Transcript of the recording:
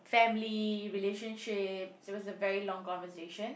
family relationship so it was a very long conversation